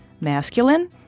Masculine